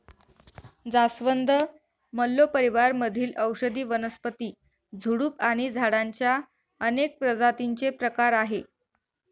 जास्वंद, मल्लो परिवार मधील औषधी वनस्पती, झुडूप आणि झाडांच्या अनेक प्रजातींचे प्रकार आहे